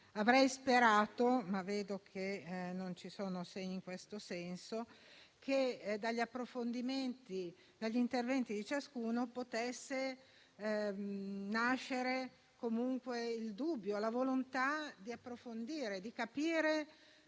Avrei sperato - ma vedo che non ci sono segni in questo senso - che dagli approfondimenti e dagli interventi di ciascuno potessero nascere comunque il dubbio e la volontà di approfondire e di capire